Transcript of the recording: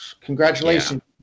congratulations